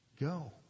Go